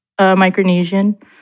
Micronesian